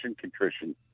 contrition